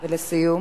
ולסיום?